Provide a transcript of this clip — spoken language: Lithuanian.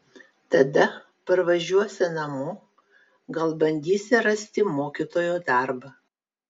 tada parvažiuosią namo gal bandysią rasti mokytojo darbą